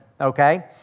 Okay